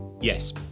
yes